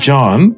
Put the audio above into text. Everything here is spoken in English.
John